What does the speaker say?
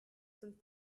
zum